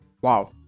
Wow